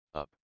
up